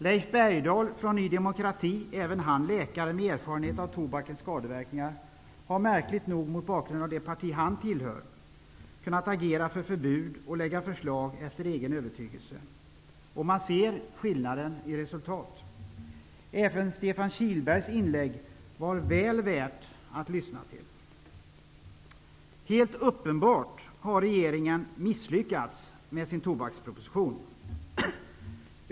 Leif Bergdahl från Ny demokrati, även han läkare med erfarenhet av tobakens skadeverkningar, har märkligt nog, med tanke på det parti han tillhör, kunnat agera för förbud och lägga fram förslag efter egen övertygelse. Och man ser skillnaden i resultatet. Även Stefan Kihlbergs inlägg var väl värt att lyssna till. Helt uppenbart har regeringen misslyckats med sin tobaksproposition.